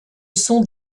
sont